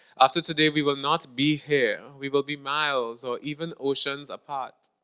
after today we will not be here we will be miles or even oceans apart,